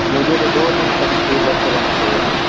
मुझे तो दो दिन तक फूल अच्छे रहने चाहिए